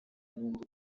n’undi